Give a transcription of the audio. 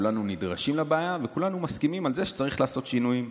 כולנו נדרשים לבעיה וכולנו מסכימים על זה שצריך לעשות שינויים.